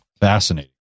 Fascinating